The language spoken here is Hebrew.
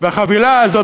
החבילה הזו,